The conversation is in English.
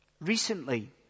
recently